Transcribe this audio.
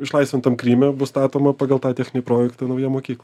išlaisvintam kryme bus statoma pagal tą techninį projektą nauja mokykla